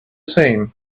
same